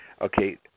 okay